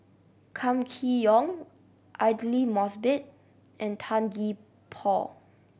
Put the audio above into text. Kam Kee Yong Aidli Mosbit and Tan Gee Paw